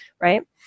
right